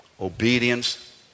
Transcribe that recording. obedience